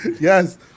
Yes